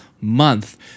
month